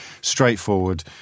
straightforward